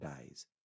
days